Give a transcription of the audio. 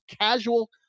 casual